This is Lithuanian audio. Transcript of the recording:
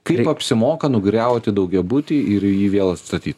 kaip apsimoka nugriauti daugiabutį ir jį vėl statyt